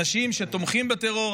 אנשים שתומכים בטרור,